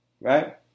Right